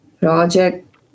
project